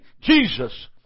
Jesus